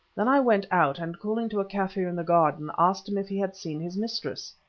then i went out, and calling to a kaffir in the garden asked him if he had seen his mistress.